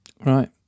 Right